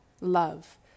Love